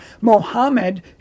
Mohammed